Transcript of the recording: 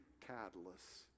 catalyst